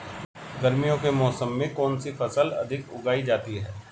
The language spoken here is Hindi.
गर्मियों के मौसम में कौन सी फसल अधिक उगाई जाती है?